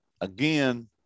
again